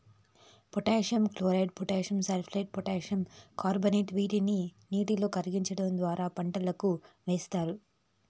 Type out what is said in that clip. potassium chloride, potassium sulphate, potassium carbonate వీటిని నీటిలో కరిగించడం ద్వారా పంటలకు ఏస్తారు